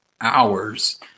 hours